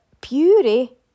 beauty